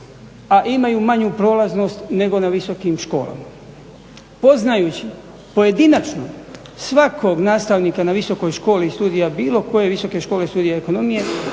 a imaju manju prolaznost nego na visokim školama. Poznajući pojedinačno svakog od nastavnika na visokoj školi studija bilo koje visoke škole studija ekonomije